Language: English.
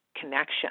connection